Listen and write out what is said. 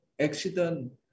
accident